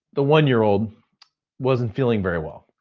the one year old wasn't feeling very well.